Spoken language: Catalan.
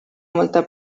molta